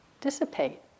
dissipate